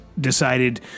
decided